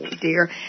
dear